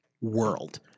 world